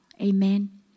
Amen